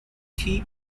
key